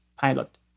pilot